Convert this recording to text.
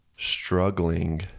struggling